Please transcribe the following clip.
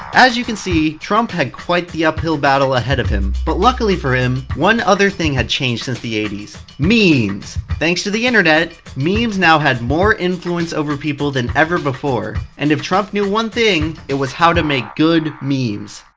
as you can see, trump had quite the uphill battle ahead of him. but luckily for him, one other thing had changed since the eighty s memes! thanks to the internet, memes now had more influence over people than ever before. and if trump knew one thing, it was how to make good memes.